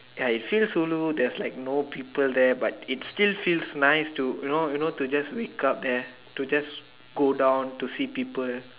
ya you feel so lonely that's like no people there but it's still feel nice to you know you know to just wake up there to just go down to see people